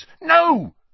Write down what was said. No